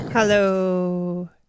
Hello